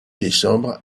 décembre